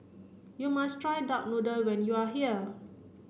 you must try duck noodle when you are here